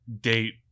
date